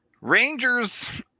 Rangers